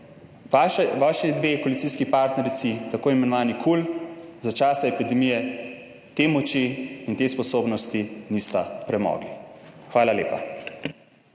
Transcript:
Vaši dve koalicijski partnerici tako imenovani kul, za časa epidemije te moči in te sposobnosti nista premogli. Hvala lepa.